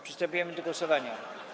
Przystępujemy do głosowania.